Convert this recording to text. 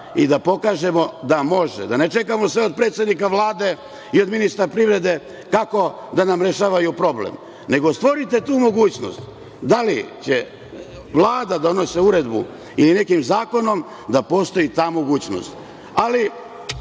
i da pokažemo da može, da ne čekamo sve od predsednika Vlade i od ministra privrede kako da nam rešavaju problem, nego stvorite tu mogućnost da li će Vlada da donese uredbu ili nekim zakonom da postoji ta mogućnost. Ali,